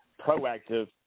proactive